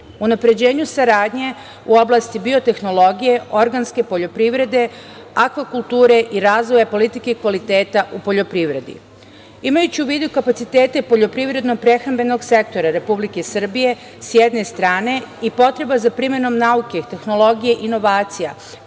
unapređenje saradnje u oblasti biotehnologije, organske poljoprivrede, akvakulture i razvoj politike kvaliteta u poljoprivredi. Imajući u vidu kapacitete poljoprivredno-prehrambenog sektora Republike Srbije, s jedne strane, i potreba za primenom nauke, tehnologije, inovacija,